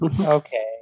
Okay